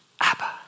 Abba